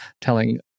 telling